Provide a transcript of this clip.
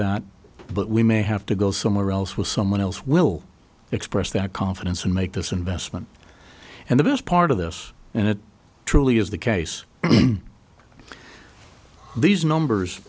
that but we may have to go somewhere else with someone else will express that confidence and make this investment and the best part of this and it truly is the case these numbers